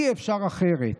אי-אפשר אחרת'."